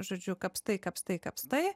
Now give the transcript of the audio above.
žodžiu kapstai kapstai kapstai